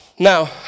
Now